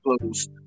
closed